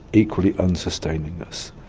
equally unsustaining us,